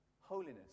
holiness